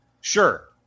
sure